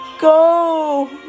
go